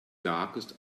darkest